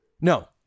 no